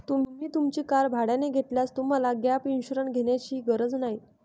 तुम्ही तुमची कार भाड्याने घेतल्यास तुम्हाला गॅप इन्शुरन्स घेण्याची गरज नाही